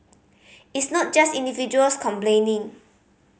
it's not just individuals complaining